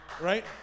Right